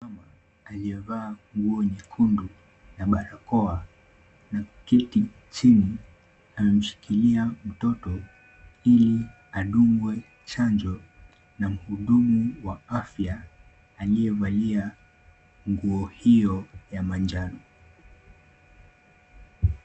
Mama aliyevaa nguo nyekundu na barakoa na kuketi chini, amemshikilia mtoto ili adungwe chanjo na mhudumu wa afya aliyevalia nguo hiyo ya manjano.